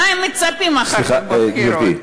מה הם מצפים אחר כך בבחירות?